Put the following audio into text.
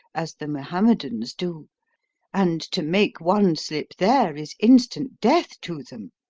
as the mohammedans do and to make one slip there is instant death to them.